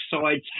sides